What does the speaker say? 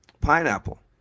pineapple